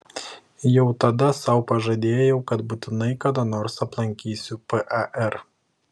jau tada sau pažadėjau kad būtinai kada nors aplankysiu par